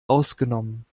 ausgenommen